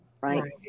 Right